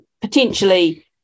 potentially